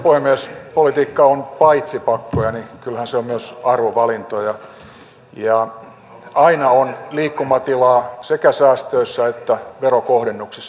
paitsi että politiikka on pakkoja niin kyllähän se on myös arvovalintoja ja aina on liikkumatilaa sekä säästöissä että verokohdennuksissa